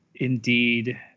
Indeed